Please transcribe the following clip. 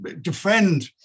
defend